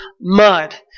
mud